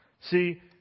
See